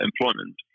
employment